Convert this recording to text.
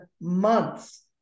months